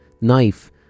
knife